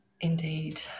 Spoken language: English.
Indeed